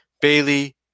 Bailey